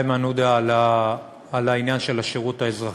איימן עודה, על העניין של השירות האזרחי.